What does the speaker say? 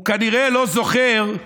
הוא כנראה לא זוכר,